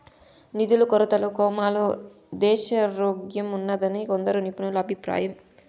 నిధుల కొరతతో కోమాలో దేశారోగ్యంఉన్నాదని కొందరు నిపుణుల అభిప్రాయం